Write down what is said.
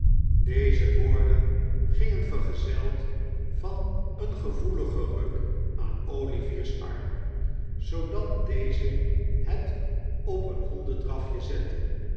deze woorden gingen vergezeld van een gevoeligen ruk aan olivier's arm zoodat deze het op een hondendrafje zette